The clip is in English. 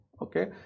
okay